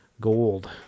gold